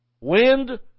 wind